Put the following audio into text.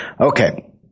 Okay